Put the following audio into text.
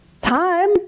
Time